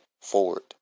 forward